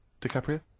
DiCaprio